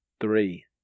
three